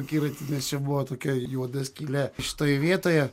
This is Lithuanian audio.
akiratį nes čia buvo tokia juoda skylė šitoje vietoje